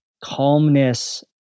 calmness